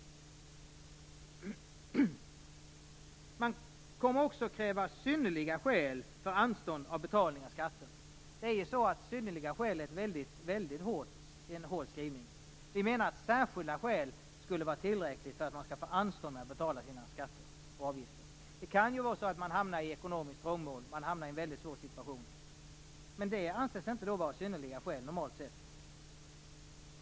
Man kommer också att kräva synnerliga skäl för anstånd med betalning av skatten. Synnerliga skäl är en väldigt hård skrivning. Vi menar att särskilda skäl borde vara tillräckligt för att få anstånd med att betala sina skatter och avgifter. Det kan ju vara så att man hamnar i ekonomiskt trångmål. Man kan hamna i en väldigt svår situation. Men det anses då normalt sett inte vara synnerliga skäl.